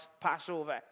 Passover